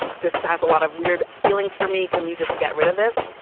this has a lot of weird feelings for me. can you just get rid of this?